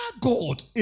God